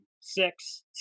six